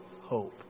hope